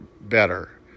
better